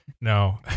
No